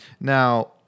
Now